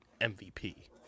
MVP